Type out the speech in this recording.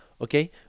Okay